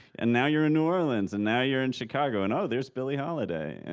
and now you're in new orleans, and now you're in chicago, and oh, there's billie holiday.